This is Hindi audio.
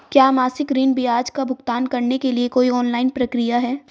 क्या मासिक ऋण ब्याज का भुगतान करने के लिए कोई ऑनलाइन प्रक्रिया है?